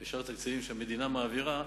ובשאר התקציבים שהמדינה מעבירה.